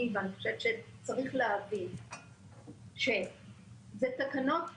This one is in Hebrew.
ואני חושבת שצריך להבין שאלה תקנות מעולות,